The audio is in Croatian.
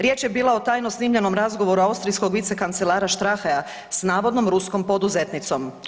Riječ je bila o tajno snimljenom razgovoru austrijskog vicekancelara Strachea s navodnom ruskom poduzetnicom.